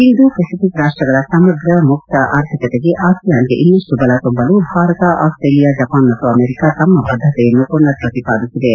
Indo Pacific ರಾಷ್ಟ್ರಗಳ ಸಮಗ್ರ ಮುಕ್ತ ಆರ್ಥಿಕತೆಗೆ ಅಸಿಯಾನ್ಗೆ ಇನ್ನಷ್ಟು ಬಲ ತುಂಬಲು ಭಾರತ ಆಸ್ಟ್ರೇಲಿಯಾ ಜಪಾನ್ ಮತ್ತು ಅಮೆರಿಕಾ ತಮ್ಮ ಬದ್ದತೆಯನ್ನು ಪುನರ್ ಪ್ರತಿಪಾದಿಸಿವೆ